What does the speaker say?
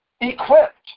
equipped